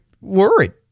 worried